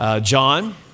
John